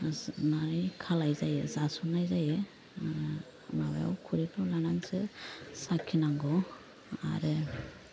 माने खालाय जायो जासननाय जायो माबायाव खुरैफोराव लानानैसो साखिनांगौ आरो